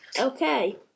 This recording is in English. Okay